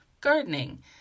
gardening